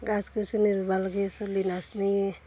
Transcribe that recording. গাছ গাছনি ৰুবা লাগে চলি নাজনেই